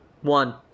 One